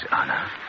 Anna